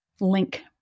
link